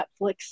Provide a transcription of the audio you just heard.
Netflix